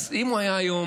אז אם הוא היה היום,